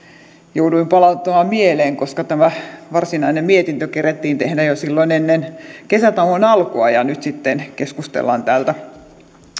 jouduin palauttamaan mieleen koska tämä varsinainen mietintö kerettiin tehdä jo silloin ennen kesätauon alkua ja nyt sitten keskustellaan